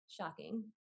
shocking